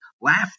laugh